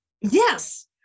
yes